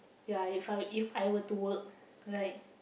ya if I if I were to work right